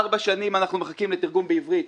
ארבע שנים אנחנו מחכים לתרגום בעברית.